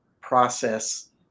process